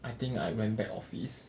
I think I went back office